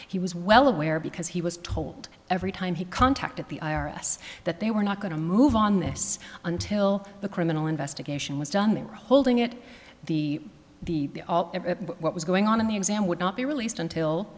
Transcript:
he was well aware because he was told every time he contacted the i r s that they were not going to move on this until the criminal investigation was done they were holding it the the what was going on in the exam would not be released until